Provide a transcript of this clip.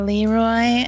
Leroy